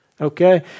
Okay